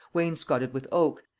wainscoted with oak,